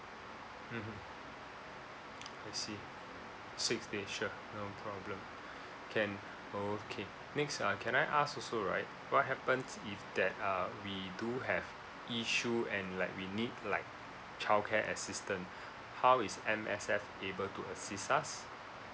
mmhmm I see six days sure no problem can okay next uh can I ask also right what happens if that uh we do have issue and like we need like childcare assistance how is M_S_F able to assist us